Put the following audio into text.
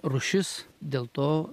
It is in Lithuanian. rūšis dėl to